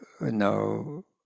no